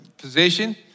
position